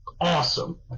awesome